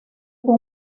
fue